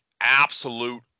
absolute